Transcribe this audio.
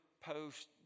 post